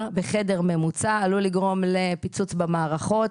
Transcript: בחדר ממוצע עלול לגרום לפיצוץ במערכות,